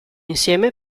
insieme